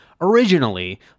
Originally